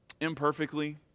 Imperfectly